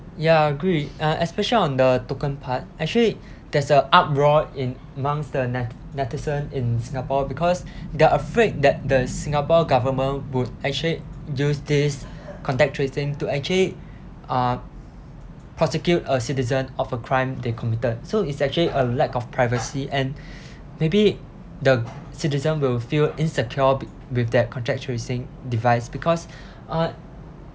ya I agree uh especially on the token part actually there's a uproar in amongst the net netizen in singapore because they're afraid that the singapore government would actually use this contract tracing to actually uh prosecute a citizen of a crime they committed so it's actually a lack of privacy and maybe the citizen will feel insecure with that contact tracing device because uh